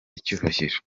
icyubahiro